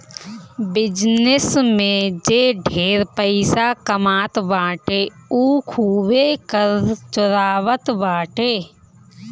business में जे ढेर पइसा कमात बाटे उ खूबे कर चोरावत बाटे